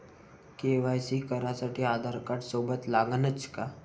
KYC करासाठी आधारकार्ड सोबत लागनच का?